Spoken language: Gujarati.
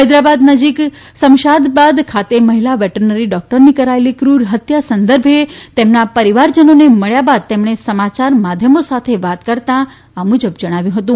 હૈદરાબાદ નજીક સમશાબાદ ખાતે મહિલા વેટનરી ડોક્ટરની કરાયેલી ફ્રર હત્યા સંદર્ભે તેમના પરિવારજનોને મળ્યા બાદ તેમણે સમાચાર માધ્યમો સાથે વાત કરતાં આ મુજબ જણાવ્યું હતું